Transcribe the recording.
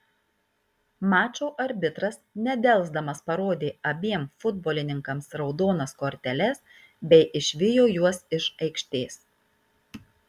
mačo arbitras nedelsdamas parodė abiem futbolininkams raudonas korteles bei išvijo juos iš aikštės